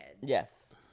Yes